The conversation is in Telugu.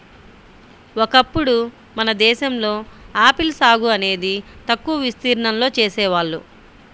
ఒకప్పుడు మన దేశంలో ఆపిల్ సాగు అనేది తక్కువ విస్తీర్ణంలో చేసేవాళ్ళు